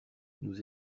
nous